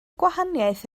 gwahaniaeth